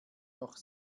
noch